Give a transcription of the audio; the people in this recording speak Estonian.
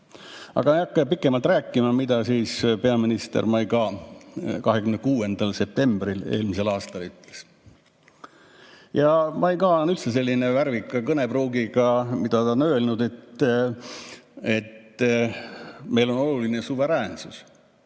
Aga ei hakka pikemalt rääkima, mida peaminister Maïga 26. septembril eelmisel aastal ütles. Maïga on üldse selline värvika kõnepruugiga. Ta on öelnud, et neile on oluline suveräänsus,